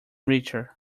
richer